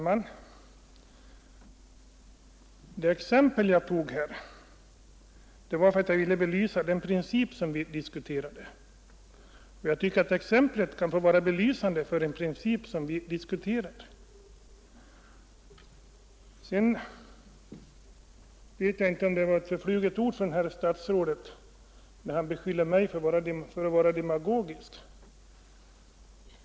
Herr talman! Jag anförde exemplet därför att jag ville belysa den princip som vi diskuterar. Jag vet inte om det var ett förfluget ord från herr statsrådet, när han beskyllde mig för att vara demagogisk.